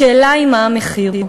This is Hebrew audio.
השאלה היא מה המחיר.